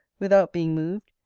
without being moved,